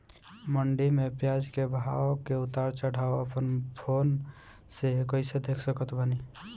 मंडी मे प्याज के भाव के उतार चढ़ाव अपना फोन से कइसे देख सकत बानी?